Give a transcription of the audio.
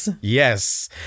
Yes